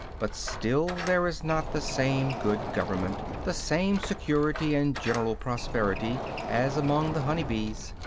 but still there is not the same good government, the same security and general prosperity, as among the honey-bees.